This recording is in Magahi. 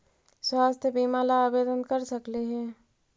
स्वास्थ्य बीमा ला आवेदन कर सकली हे?